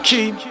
Keep